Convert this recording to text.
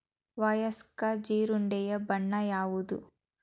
ವಯಸ್ಕ ಜೀರುಂಡೆಯ ಬಣ್ಣ ಯಾವುದು?